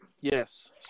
Yes